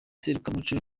serukiramuco